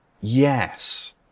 yes